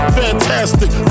fantastic